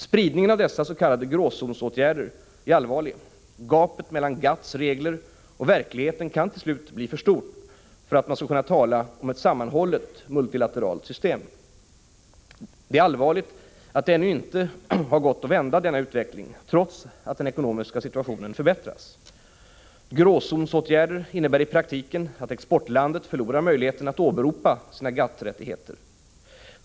Spridningen av dessa s.k. gråzonsåtgärder är allvarlig: gapet mellan GATT:s regler och verkligheten kan till slut bli för stor för att man skall kunna tala om ett sammanhållet multilateralt system. Det är allvarligt att det ännu inte gått att vända denna utveckling, trots att den ekonomiska situationen förbättrats. Gråzonsåtgärder innebär i praktiken att exportlandet förlorar möjligheten att åberopa sina GATT-rättigheter.